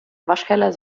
waschkeller